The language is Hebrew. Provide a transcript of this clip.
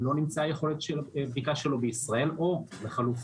אם לא נמצא יכולת בדיקה שלו בישראל או לחלופין,